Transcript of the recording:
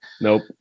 Nope